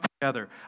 together